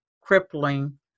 crippling